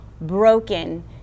broken